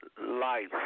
Life